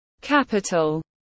capital